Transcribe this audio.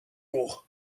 kokku